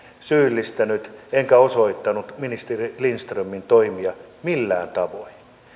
syyllistänyt enkä osoittanut ministeri lindströmin toimia millään tavoin